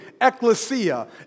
ecclesia